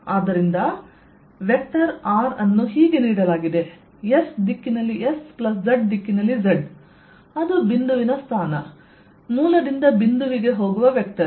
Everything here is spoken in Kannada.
ಆದ್ದರಿಂದ ವೆಕ್ಟರ್ r ಅನ್ನು ಹೀಗೆ ನೀಡಲಾಗಿದೆ S ದಿಕ್ಕಿನಲ್ಲಿ S Z ದಿಕ್ಕಿನಲ್ಲಿ Z ಅದು ಬಿಂದುವಿನ ಸ್ಥಾನ ಮೂಲದಿಂದ ಬಿಂದುವಿಗೆ ಹೋಗುವ ವೆಕ್ಟರ್